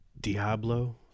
Diablo